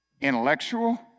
intellectual